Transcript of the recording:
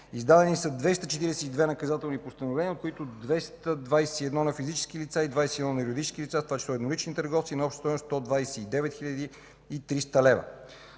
Издадени са 242 наказателни постановления, от които 221 на физически лица, и 21 – на юридически лица, в това число и еднолични търговци, на обща стойност 129 хил. 300 лв.